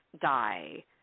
die